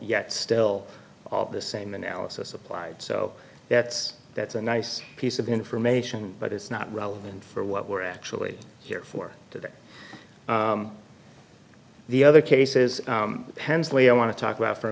yet still all the same analysis applied so that's that's a nice piece of information but it's not relevant for what we're actually here for today the other cases pens the way i want to talk about for a